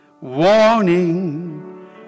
warning